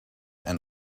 and